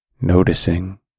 noticing